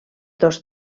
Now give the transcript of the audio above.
dos